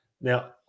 now